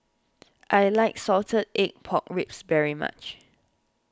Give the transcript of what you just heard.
I like Salted Egg Pork Ribs very much